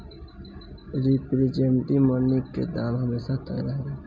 representative money के दाम हमेशा तय रहेला